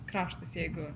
kraštas jeigu